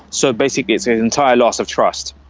so basically it's an entire loss of trust.